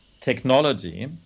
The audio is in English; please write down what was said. technology